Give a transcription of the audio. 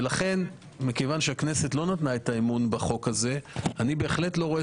לכן כיוון שהכנסת לא נתנה את האמון בחוק הזה איני רואה